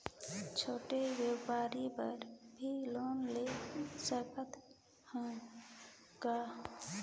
छोटे व्यापार बर भी लोन ले सकत हन का?